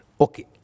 Okay